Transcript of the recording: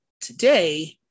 today